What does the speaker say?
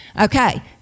Okay